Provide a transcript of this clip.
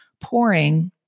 pouring